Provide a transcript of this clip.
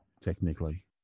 technically